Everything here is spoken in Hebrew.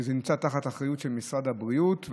זה נמצא תחת האחריות של משרד הבריאות,